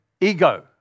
ego